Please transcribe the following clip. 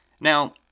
Now